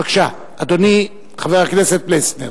בבקשה, אדוני חבר הכנסת פלסנר.